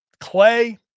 clay